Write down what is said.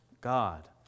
God